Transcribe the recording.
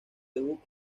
debut